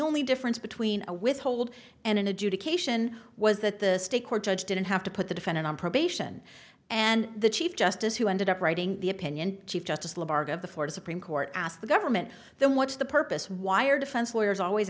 only difference between a withhold and an adjudication was that the state court judge didn't have to put the defendant on probation and the chief justice who ended up writing the opinion chief justice of the florida supreme court asked the government then what's the purpose wire defense lawyers always